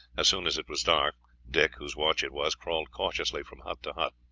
as soon as it was dark dick, whose watch it was, crawled cautiously from hut to hut.